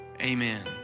Amen